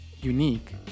unique